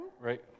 Right